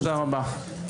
תודה רבה.